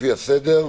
לפי הסדר.